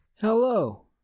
hello